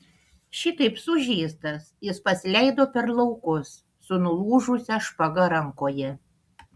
šitaip sužeistas jis pasileido per laukus su nulūžusia špaga rankoje